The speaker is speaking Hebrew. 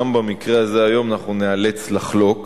גם במקרה הזה היום אנחנו ניאלץ לחלוק.